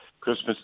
Christmas